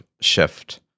shift